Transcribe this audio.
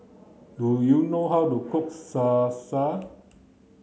do you know how to cook Salsa